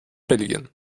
belgien